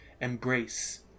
embrace